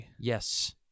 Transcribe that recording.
Yes